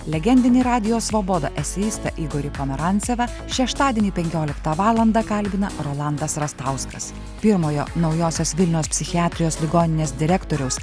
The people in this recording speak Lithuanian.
legendinį radijo svoboda eseistą igorį pomerancevą šeštadienį penkioliktą valandą kalbina rolandas rastauskas pirmojo naujosios vilnios psichiatrijos ligoninės direktoriaus